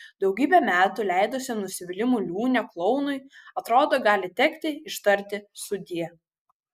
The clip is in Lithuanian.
daugybę metų leidusiam nusivylimų liūne klounui atrodo gali tekti ištarti sudie